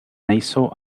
nejsou